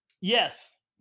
Yes